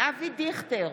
אבי דיכטר,